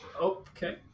okay